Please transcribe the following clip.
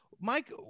Mike